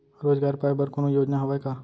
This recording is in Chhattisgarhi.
रोजगार पाए बर कोनो योजना हवय का?